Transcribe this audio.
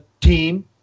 team